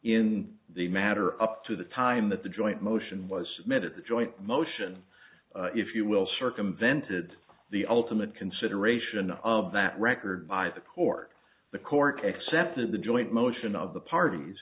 in the matter up to the time that the joint motion was submitted to a joint motion if you will circumvented the ultimate consideration of that record by the court the court accepted the joint motion of the parties